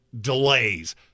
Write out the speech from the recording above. delays